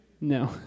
No